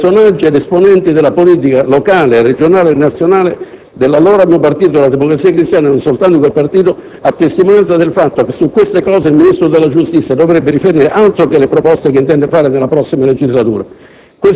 personaggi ed esponenti della politica locale, regionale e nazionale dell'allora mio partito, la Democrazia Cristiana, e non soltanto di quel partito, a testimonianza del fatto che su queste vicende il Ministro della giustizia dovrebbe riferire, altro che le proposte che intende fare nella legislatura: